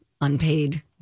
unpaid